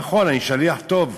נכון, אני שליח טוב,